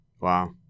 Wow